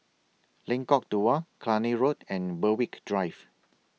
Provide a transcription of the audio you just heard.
Lengkong Dua Cluny Road and Berwick Drive